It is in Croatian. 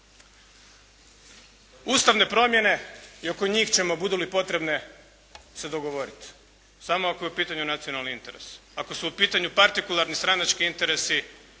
Ustavne promjene. I oko njih ćemo budu li potrebne se dogovorit. Samo ako je u pitanju nacionalni interes. Ako su u pitanju partikularni stranački interesi